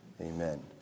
Amen